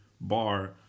bar